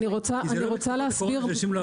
אני רוצה, אני רוצה להסביר.